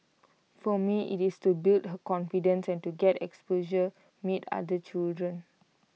for me IT is to build her confidence and to get exposure meet other children